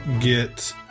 get